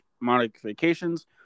modifications